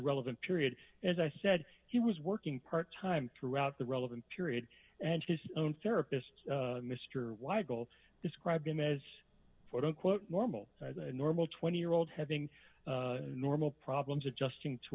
relevant period as i said he was working part time throughout the relevant period and his own therapist mr weigel described him as for the quote normal as a normal twenty year old having normal problems adjusting to